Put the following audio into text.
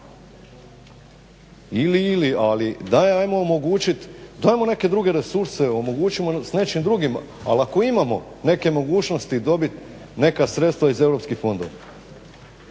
Ili-ili, ali daj ajmo omogućit dajmo neke druge resurse, omogućimo s nečim drugim ali ako imamo neke mogućnosti dobiti neka sredstva iz europskih fondova.